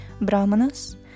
Brahmanas